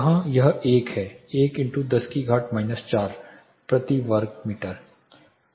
यहां यह 1 है 1 10 की घात 4 वाट प्रति मीटर वर्ग